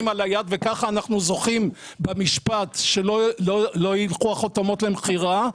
על היד וכך אנחנו זוכים במשפט כדי שלא ילכו החותמות למכירה.